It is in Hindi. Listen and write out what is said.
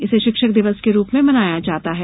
इसे शिक्षक दिवस के रूप में मनाया जाता है